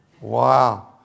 Wow